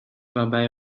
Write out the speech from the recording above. waarbij